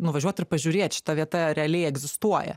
nuvažiuot ir pažiūrėt šita vieta realiai egzistuoja